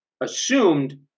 assumed